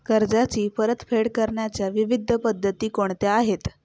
कर्जाची परतफेड करण्याच्या विविध पद्धती कोणत्या आहेत?